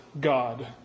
God